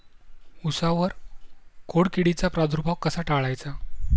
उसावर खोडकिडीचा प्रादुर्भाव कसा टाळायचा?